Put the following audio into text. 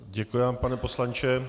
Děkuji vám, pane poslanče.